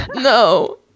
no